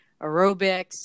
aerobics